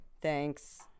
Thanks